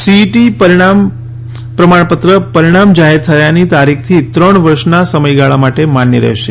CET પરિણામ પ્રમાણપત્ર પરિણામ જાહેર થયાની તારીખથી ત્રણ વર્ષના સમયગાળા માટે માન્ય રહેશે